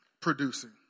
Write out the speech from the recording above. producing